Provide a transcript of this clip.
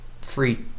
free